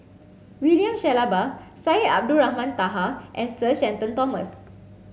William Shellabear Syed Abdulrahman Taha and Sir Shenton Thomas